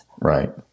Right